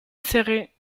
serrée